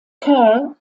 kerr